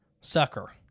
sucker